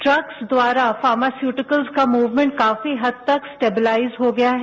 trucks द्वारा pharmaceuticals का movement काफी हद तक स्टेबलाइज हो गया है